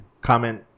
comment